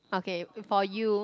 okay if for you